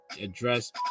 address